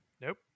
Nope